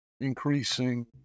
increasing